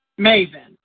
Maven